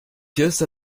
just